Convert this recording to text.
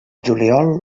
juliol